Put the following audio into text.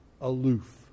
aloof